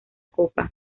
copa